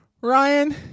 Ryan